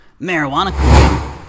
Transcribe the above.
Marijuana